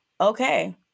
okay